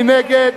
מי נגד?